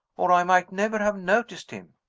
or i might never have noticed him.